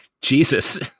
Jesus